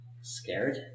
Scared